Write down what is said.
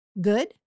good